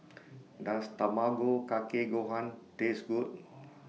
Does Tamago Kake Gohan Taste Good